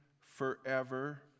forever